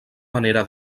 manera